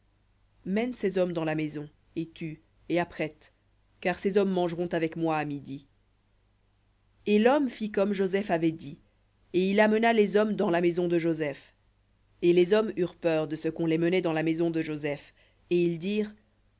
mène ces hommes dans la maison et tue et apprête car ces hommes mangeront avec moi à midi et l'homme fit comme joseph avait dit et il amena les hommes dans la maison de joseph et les hommes eurent peur de ce qu'on les menait dans la maison de joseph et ils dirent